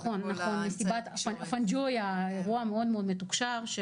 נכון, מסיבת הפנג'ויה, אירוע מאוד מאוד מתוקשר.